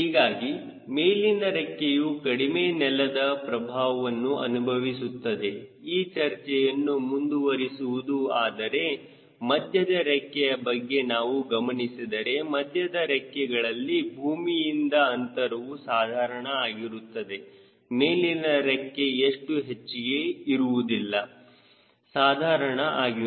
ಹೀಗಾಗಿ ಮೇಲಿನ ರೆಕ್ಕೆಯು ಕಡಿಮೆ ನೆಲದ ಪ್ರಭಾವವನ್ನು ಅನುಭವಿಸುತ್ತದೆ ಈ ಚರ್ಚೆಯನ್ನು ಮುಂದುವರಿಸುವುದು ಆದರೆ ಮಧ್ಯದ ರೆಕ್ಕೆಯ ಬಗ್ಗೆ ನಾವು ಗಮನಿಸಿದರೆ ಮಧ್ಯದ ರೆಕ್ಕೆಗಳಲ್ಲಿ ಭೂಮಿಯಿಂದ ಅಂತರವು ಸಾಧಾರಣ ಆಗಿರುತ್ತದೆ ಮೇಲಿನ ರೆಕ್ಕೆ ಎಷ್ಟು ಹೆಚ್ಚಿಗೆ ಇರುವುದಿಲ್ಲ ಸಾಧಾರಣ ಆಗಿರುತ್ತದೆ